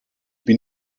bin